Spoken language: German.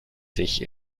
sich